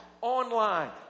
online